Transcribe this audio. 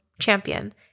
Champion